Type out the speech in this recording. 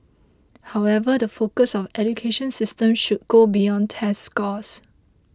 however the focus of education system should go beyond test scores